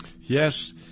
yes